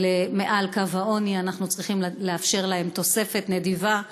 מעל קו העוני אנחנו צריכים לאפשר להם תוספת נדיבה,